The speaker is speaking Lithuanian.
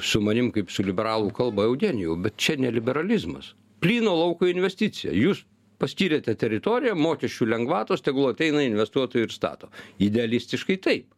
su manim kaip su liberalu kalba eugenijau bet čia ne liberalizmas plyno lauko investicija jūs paskyrėte teritoriją mokesčių lengvatos tegul ateina investuotojai ir stato idealistiškai taip